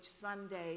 Sunday